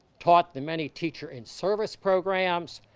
taught the many teacher in service programs,